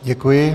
Děkuji.